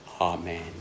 Amen